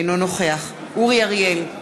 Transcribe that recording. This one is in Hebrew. אינו נוכח אורי אריאל,